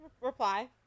Reply